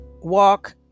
walk